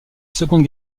seconde